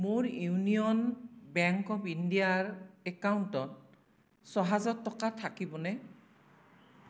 মোৰ union bank of ইণ্ডিয়াৰ একাউণ্টত ছয় হাজাৰ টকা থাকিবনে